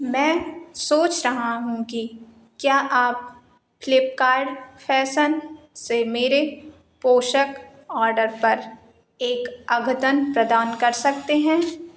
मैं सोच रहा हूँ कि क्या आप फ्लीपकार्ट फैसन से मेरे पोषक ऑर्डर पर एक अघतन प्रदान कर सकते हैं